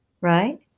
right